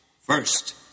First